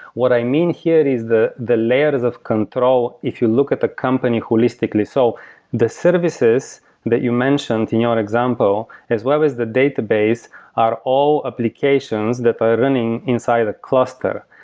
what i mean here is the the layers of control if you look at the company holistically. so the services that you mentioned in your and example as well as the database are all applications that are running inside a cluster,